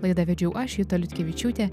laidą vedžiau aš juta liutkevičiūtė